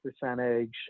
percentage